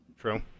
True